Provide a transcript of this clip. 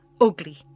Ugly